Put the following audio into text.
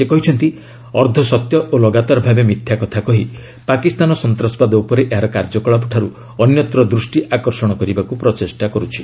ସେ କହିଛନ୍ତି ଅର୍ଦ୍ଧସତ୍ୟ ଓ ଲଗାତାର ଭାବେ ମିଥ୍ୟା କଥା କହି ପାକିସ୍ତାନ ସନ୍ତାସବାଦ ଉପରେ ଏହାର କାର୍ଯ୍ୟକଳାପଠାରୁ ଅନ୍ୟତ୍ର ଦୃଷ୍ଟି ଆକର୍ଷଣ କରିବାକୁ ପ୍ରଚେଷ୍ଟା କରୁଛି